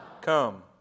come